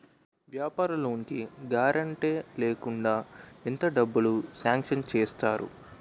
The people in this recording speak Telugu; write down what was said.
వ్యాపార లోన్ కి గారంటే లేకుండా ఎంత డబ్బులు సాంక్షన్ చేస్తారు?